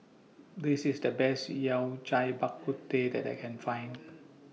This IS The Best Yao Cai Bak Kut Teh that I Can Find